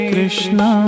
Krishna